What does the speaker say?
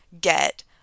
get